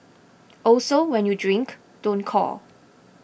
also when you drink don't call